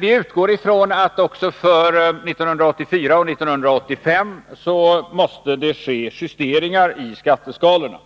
Vi utgår ifrån att det också för 1984 och 1985 måste ske justeringar i skatteskalorna.